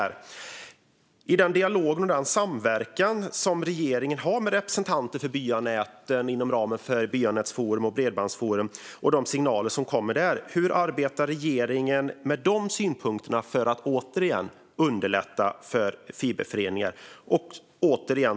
När det gäller den dialog och samverkan som regeringen har med representanter för byanäten inom ramen för Byanätsforum och Bredbandsforum och de signaler som kommer där, hur arbetar regeringen med dessa synpunkter för att återigen underlätta för fiberföreningar?